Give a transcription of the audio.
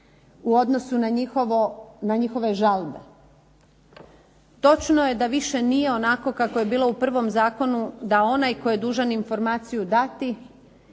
u odnosu na njihove žalbe. Točno je da više nije onako kako je bilo u prvom zakonu da onaj tko je dužan informaciju i dati